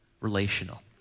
relational